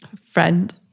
friend